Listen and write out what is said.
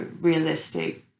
realistic